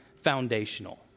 foundational